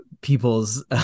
people's